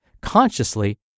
consciously